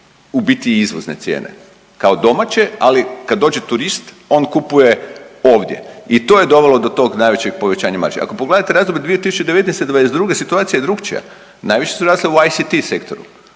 u biti izvozne cijene kao domaće, ali kad dođe turist on kupuje ovdje i to je dovelo do tog najvećeg povećanja marži. Ako pogledate razdoblje 2019.-22. situacija je drukčija, najviše su rasle u ICT sektoru